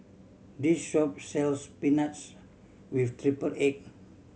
this shop sells spinach with triple egg